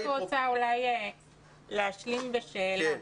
אני רק רוצה אולי להשלים בשאלה.